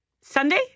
Sunday